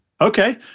Okay